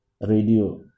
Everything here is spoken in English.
Radio